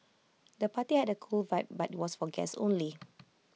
the party had A cool vibe but was for guests only